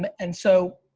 and so